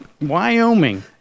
Wyoming